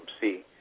see